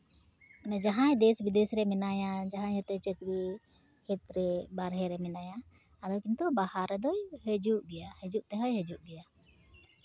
ᱢᱟᱱᱮ ᱡᱟᱦᱟᱸᱭ ᱫᱮᱥ ᱵᱤᱫᱮᱥ ᱨᱮ ᱢᱮᱱᱟᱭᱟ ᱡᱟᱦᱟᱸᱭ ᱦᱚᱭᱛᱳ ᱪᱟᱹᱠᱨᱤ ᱠᱷᱮᱛᱨᱮ ᱵᱟᱦᱨᱮ ᱨᱮ ᱢᱮᱱᱟᱭᱟ ᱟᱫᱚ ᱠᱤᱱᱛᱩ ᱵᱟᱦᱟ ᱨᱮᱫᱚᱭ ᱦᱤᱡᱩᱜ ᱜᱮᱭᱟ ᱦᱤᱡᱩᱜ ᱛᱮᱦᱚᱭ ᱦᱤᱡᱩᱜ ᱜᱮᱭᱟ